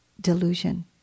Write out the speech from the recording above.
delusion